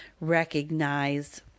recognize